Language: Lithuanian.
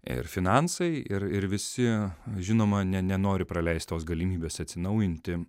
ir finansai ir ir visi žinoma ne nenori praleist tos galimybės atsinaujinti